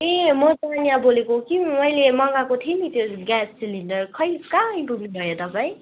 ए म तानिया बोलेको कि मैले मगाएको थिएँ नि त्यो ग्यास सिलिन्डर खै कहाँ आइपुग्नु भयो तपाईँ